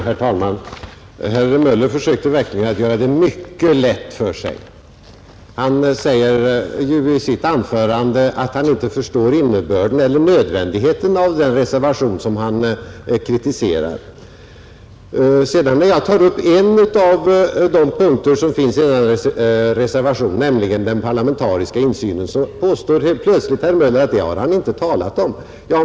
Herr talman! Herr Möller i Gävle försökte verkligen göra det mycket lätt för sig. Han säger i sitt anförande att han inte förstår innebörden eller nödvändigheten av den reservation som han kritiserat. När jag tar upp en av de punkter som finns i denna reservation, nämligen den som gäller den parlamentariska insynen, påstår herr Möller helt plötsligt att han inte har talat om den.